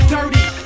Dirty